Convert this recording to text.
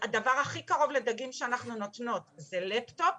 הדבר הכי קרוב לדגים שאנחנו נותנות זה לפטופ